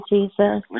Jesus